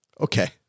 Okay